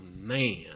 man